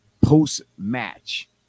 post-match